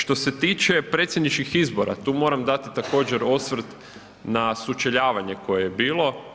Što se tiče predsjedničkih izbora, tu moram dati također osvrt na sučeljavanje koje je bilo.